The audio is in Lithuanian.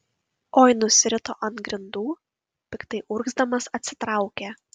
oi nusirito ant grindų piktai urgzdamas atsitraukė